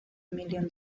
million